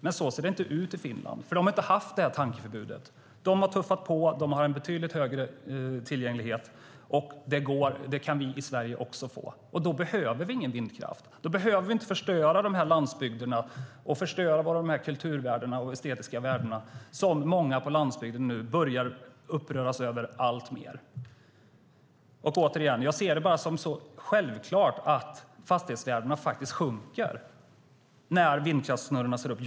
Men så ser det inte ut i Finland, för de har inte haft det här tankeförbudet. De har tuffat på och har en betydligt högre tillgänglighet. Det kan också vi i Sverige få. Då behöver vi ingen vindkraft. Då behöver vi inte förstöra landsbygderna, kulturvärdena och de estetiska värdena, något som många på landsbygden nu börjar uppröras över alltmer. Återigen: Jag ser det bara som så självklart att fastighetsvärdena faktiskt sjunker när vindkraftsnurrorna sätts upp.